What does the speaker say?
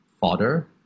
fodder